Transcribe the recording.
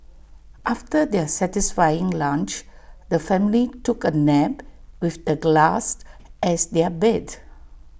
after their satisfying lunch the family took A nap with the grass as their bed